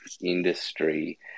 industry